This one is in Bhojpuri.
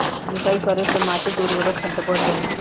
जुताई करे से माटी के उर्वरक क्षमता बढ़ जाला